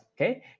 okay